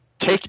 Take